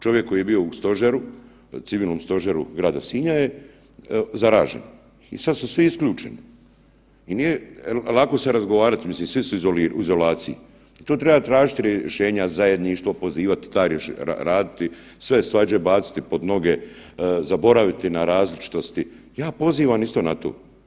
Čovjek koji je bio u Stožeru, civilnom stožeru grada Sinja je zaražen i sad su svi isključeni i nije lako se razgovarati, mislim svi su u izolaciji i tu treba tražiti rješenje, zajedništvo, pozivati, ta, raditi, sve svađe baciti pod noge, zaboraviti na različitosti, ja pozivam isto na to.